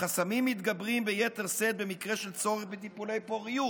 החסמים מתגברים ביתר שאת במקרה של צורך בטיפולי פוריות.